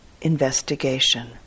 investigation